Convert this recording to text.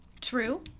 True